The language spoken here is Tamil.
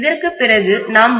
இதற்குப் பிறகு நாம் டி